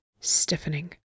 stiffening